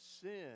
sin